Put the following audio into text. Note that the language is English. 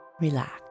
Relax